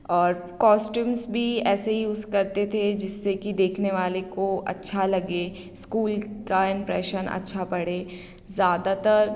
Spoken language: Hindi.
और कॉस्टयूम्स भी ऐसे ही यूज़ करते थे जिससे कि देखने वाले को अच्छा लगे स्कूल का इंप्रेशन अच्छा पड़े ज़्यादातर